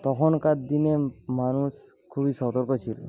তখনকার দিনে মানুষ খুবই সতর্ক ছিলো